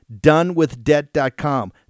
donewithdebt.com